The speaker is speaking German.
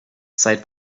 seit